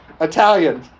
Italian